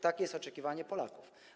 Takie jest oczekiwanie Polaków.